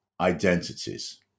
identities